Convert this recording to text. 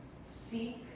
Seek